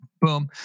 Boom